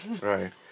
right